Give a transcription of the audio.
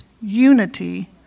unity